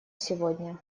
сегодня